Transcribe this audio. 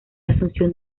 asunción